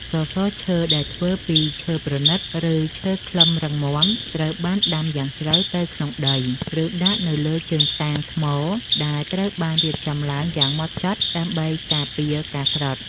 សសរឈើដែលធ្វើពីឈើប្រណីត ឬឈើខ្លឹមរឹងមាំ ត្រូវបានដាំយ៉ាងជ្រៅទៅក្នុងដី ឬដាក់នៅលើជើងតាងថ្ម ដែលត្រូវបានរៀបចំឡើងយ៉ាងហ្មត់ចត់ដើម្បីការពារការស្រុត។